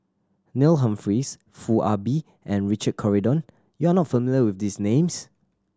Neil Humphreys Foo Ah Bee and Richard Corridon you are not familiar with these names